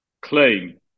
claim